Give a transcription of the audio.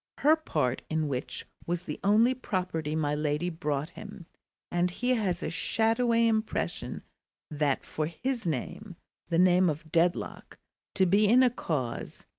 her part in which was the only property my lady brought him and he has a shadowy impression that for his name the name of dedlock to be in a cause,